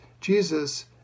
Jesus